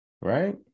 right